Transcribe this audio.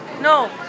No